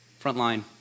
Frontline